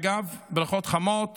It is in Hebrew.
אגב, ברכות חמות